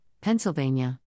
Pennsylvania